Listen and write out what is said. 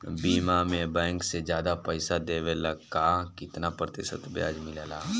बीमा में बैंक से ज्यादा पइसा देवेला का कितना प्रतिशत ब्याज मिलेला?